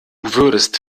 würdest